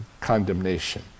condemnation